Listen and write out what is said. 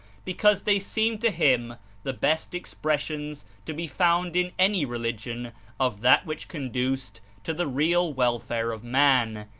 because they seemed to him the best expressions to be found in any religion of that which conduced to the real welfare of man,